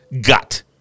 gut